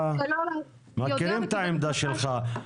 אנחנו מכירים את העמדה שלך.